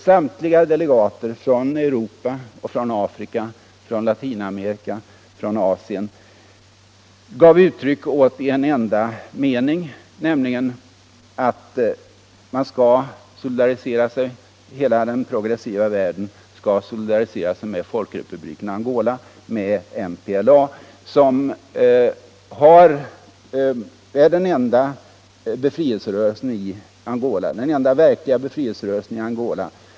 Samtliga delegater från Europa, Afrika, Latinamerika och Asien gav uttryck åt en enda mening, nämligen att hela den progressiva världen skall solidarisera sig med Folkrepubliken Angola, med MPLA, som är den enda verkliga befrielserörelsen i Angola.